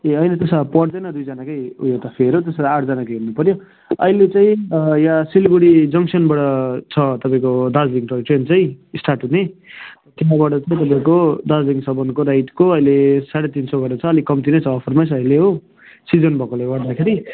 ए होइन त्यसो भए पर्दैन दुईजनाकै उयो त फेयर त्यसो भए आठजनाको हेर्नुपऱ्यो अहिले चाहिँ यहाँ सिलगढी जङ्गसनबाट छ तपाईँको दार्जिलिङ टोय ट्रेन चाहिँ स्टार्ट हुने त्यहाँबाट अहिलेको दार्जिलिङसम्मको राइडको अहिले साढे तिन सौ गरेर छ अलिक कम्ती नै छ अफरमै छ अहिले हो सिजन भएकोले गर्दाखेरि